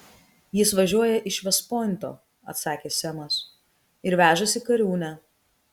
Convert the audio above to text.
jis važiuoja iš vest pointo atsakė semas ir vežasi kariūnę